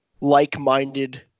like-minded